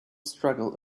struggle